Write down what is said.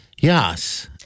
Yes